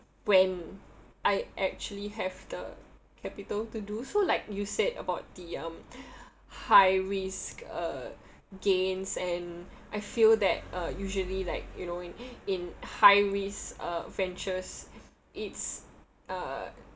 when I actually have the capital to do so like you said about the um high risk gains and I feel that usually like you know in in high risk ventures uh it's uh